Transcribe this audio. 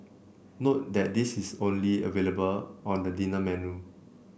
note that this is only available on the dinner menu